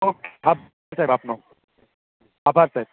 okay આભાર સાહેબ આપનો આભાર સાહેબ